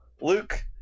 Luke